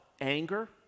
anger